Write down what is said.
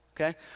Okay